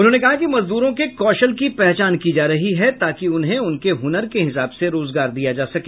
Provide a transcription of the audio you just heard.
उन्होंने कहा कि मजदूरों के कौशल की पहचान की जा रही है ताकि उन्हें उनके हुनर के हिसाब से रोजगार दिया जा सके